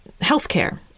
healthcare